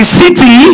city